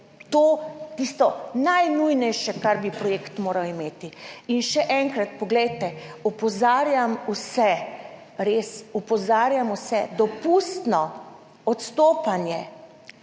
to tisto najnujnejše, kar bi projekt moral imeti. In še enkrat, poglejte, opozarjam vse, res opozarjam vse, dopustno odstopanje